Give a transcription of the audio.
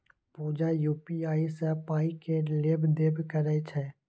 पुजा UPI सँ पाइ केर लेब देब करय छै